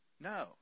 No